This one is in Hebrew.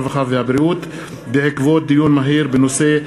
הרווחה והבריאות בעקבות דיון מהיר בנושא: